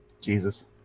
Jesus